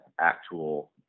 actual